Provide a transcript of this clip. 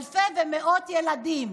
אלפי ומאות ילדים.